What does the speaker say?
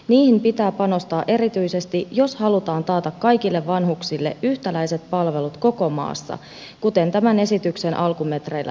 niihin pitää panostaa erityisesti jos halutaan taata kaikille vanhuksille yhtäläiset palvelut koko maassa kuten tämän esityksen alkumetreillä todetaan